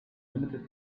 limited